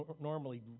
normally